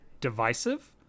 divisive